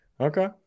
Okay